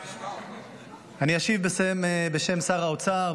--- אני אשיב בשם שר האוצר,